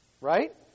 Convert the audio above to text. Right